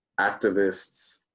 activists